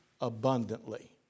abundantly